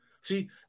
See